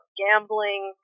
gambling